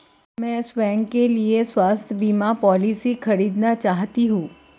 मैं स्वयं के लिए स्वास्थ्य बीमा पॉलिसी खरीदना चाहती हूं